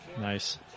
Nice